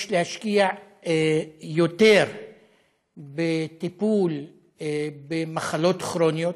יש להשקיע יותר בטיפול במחלות כרוניות,